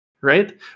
Right